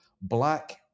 black